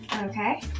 Okay